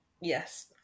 yes